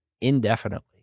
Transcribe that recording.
indefinitely